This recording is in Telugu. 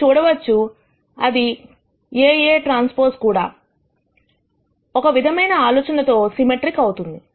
మీరు చూడవచ్చు అది AA ట్రాన్స్పోస్ కూడా ఒక విధమైన ఆలోచనతో సిమెట్రిక్ అవుతుంది